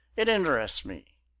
it interests me.